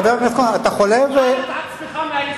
עצמך מהייסורים.